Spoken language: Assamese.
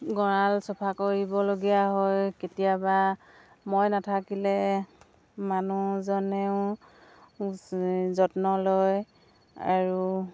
গঁৰাল চাফা কৰিবলগীয়া হয় কেতিয়াবা মই নাথাকিলে মানুহজনেও যত্ন লয় আৰু